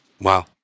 Wow